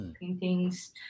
paintings